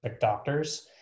doctors